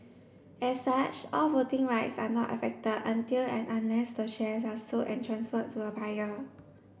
as such all voting rights are not affected until and unless the shares are sold and transferred to a buyer